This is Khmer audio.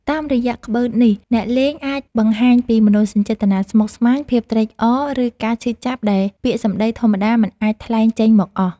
តាមរយៈក្បឺតនេះ អ្នកលេងអាចបង្ហាញពីមនោសញ្ចេតនាស្មុគស្មាញ ភាពត្រេកអរ ឬការឈឺចាប់ដែលពាក្យសម្តីធម្មតាមិនអាចថ្លែងចេញមកអស់។